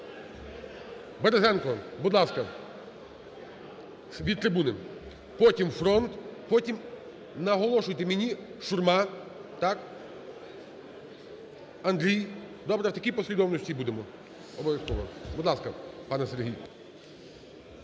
Порошенка".Березенко, будь ласка, від трибуни. Потім "Фронт". Потім, наголошуйте мені, Шурма, так, Андрій. Добре, в такій послідовності і будемо обов'язково. Будь ласка, пане Сергій.